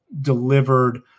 delivered